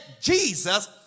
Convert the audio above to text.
Jesus